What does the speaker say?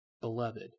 Beloved